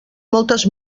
moltes